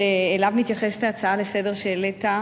שאליו מתייחסת ההצעה לסדר-היום שהעלית,